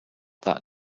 that